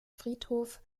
friedhof